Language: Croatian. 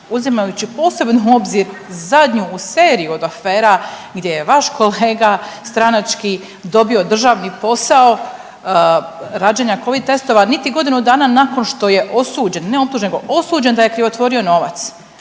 uzimajući posebno u obzir zadnju seriju od afera gdje je vaš kolega stranački dobio državni posao rađenja covid testova niti godinu dana nakon što je osuđen, ne optužen nego osuđen da je krivotvorio novac.